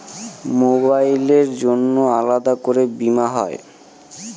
মোবাইলের জন্য আলাদা করে বীমা হয়?